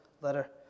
letter